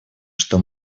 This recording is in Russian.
что